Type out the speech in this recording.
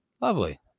lovely